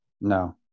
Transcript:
No